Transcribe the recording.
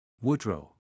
Woodrow